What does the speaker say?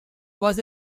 was